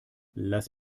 lass